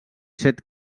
set